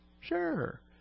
Sure